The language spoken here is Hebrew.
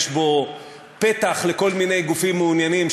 יש בו פתח לכל מיני גופים מעוניינים,